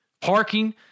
Parking